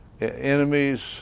enemies